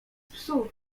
psów